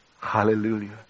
hallelujah